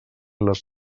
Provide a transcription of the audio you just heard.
les